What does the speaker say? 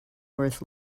worth